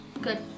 Good